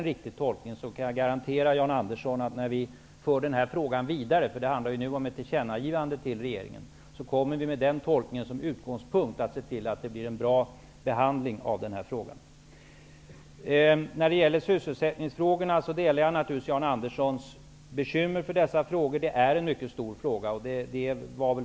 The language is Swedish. Men är tolkningen riktig kan jag garantera Jan Andersson att vi när vi för frågan vidare -- det handlar ju nu om ett tillkännagivande till regeringen -- med utgångspunkt i den tolkningen kommer att se till att behandlingen av denna fråga blir bra. Jag delar naturligtvis Jan Anderssons bekymmer när det gäller sysselsättningsfrågorna.